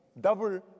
Double